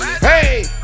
Hey